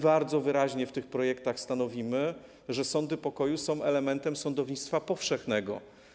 Bardzo wyraźnie w tych projektach stanowimy, że sądy pokoju są elementem sądownictwa powszechnego.